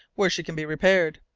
where she can be repaired.